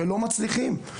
ולא מצליחים.